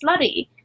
slutty